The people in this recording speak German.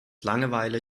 langeweile